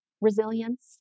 resilience